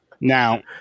Now